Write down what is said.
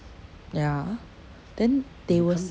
ya then they will